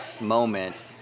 moment